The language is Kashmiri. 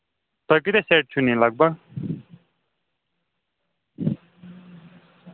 تۄہہِ کۭتیٛاہ سیٹ چھِو نِنۍ لگ بگ